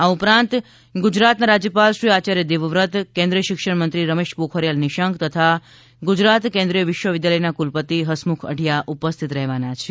આ ઉપરાંત ગુજરાતનાં રાજ્યપાલશ્રી આચાર્ય દેવવ્રત કેન્દ્રીય શિક્ષણમંત્રીશ્રી રમેશ પોખરીયાલ તથા ગુજરાત કેન્દ્રીય વિશ્વવિધાલયનાં કુલપતિ હસમુખ અઢિયા ઉપસ્થિત રહેવાના છે